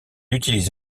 utilise